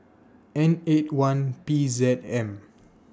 N eight one P Z M